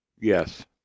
Yes